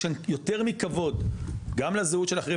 יש כאן יותר מכבוד גם לזהות של אחרים,